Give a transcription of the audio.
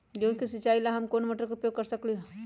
गेंहू के सिचाई ला हम कोंन मोटर के उपयोग कर सकली ह?